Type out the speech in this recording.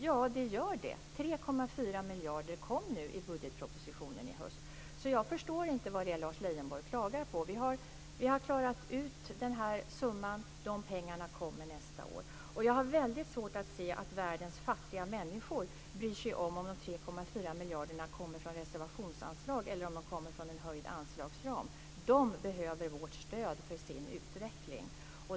Ja, 3,4 miljarder kom med i budgetpropositionen i höst. Jag förstår inte vad det är Lars Leijonborg klagar på. Vi har klarat ut summan. Pengarna kommer nästa år. Jag har svårt att se att världens fattiga människor bryr sig om om de 3,4 miljarderna kommer från reservationsanslag eller från en höjd anslagsram. De behöver vårt stöd för sin utveckling.